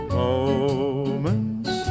moments